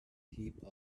heap